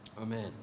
Amen